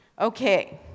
Okay